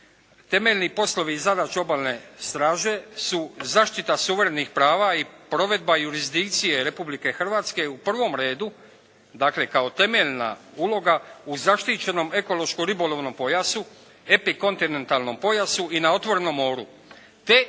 Temeljni poslovi i zadaće Obalne straže su zaštita suverenih prava i provedba jurisdikcije Republike Hrvatske u prvom redu, dakle kao temeljna uloga u zaštićenom ekološko-ribolovnom pojasu, epikontinentalnom pojasu i na otvorenom moru, te u